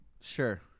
Sure